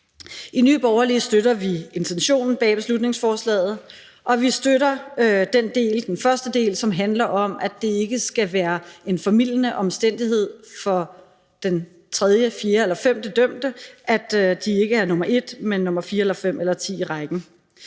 I Nye Borgerlige støtter vi intentionen bag beslutningsforslaget, og vi støtter den første del, som handler om, at det ikke skal være en formildende omstændighed for den tredje, fjerde eller femte dømte, at de ikke er nr. 1, men nr. 4 eller 5 eller 10 i rækken.